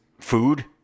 food